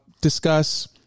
discuss